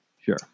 sure